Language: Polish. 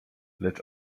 lecz